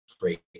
great